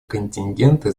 контингенты